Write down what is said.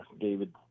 David